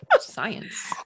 Science